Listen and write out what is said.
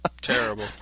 Terrible